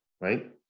right